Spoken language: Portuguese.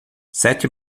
sete